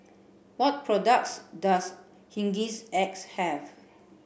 what products does Hygin X have